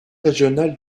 régional